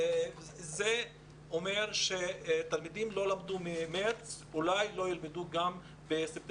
זה אומר שתלמידים לא למדו מחודש מארס ואולי גם לא ילמדו בספטמבר,